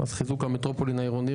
אז חיזוק המטרופולין העירוני,